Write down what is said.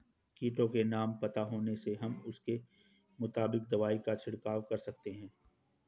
कीटों के नाम पता होने से हम उसके मुताबिक दवाई का छिड़काव कर सकते हैं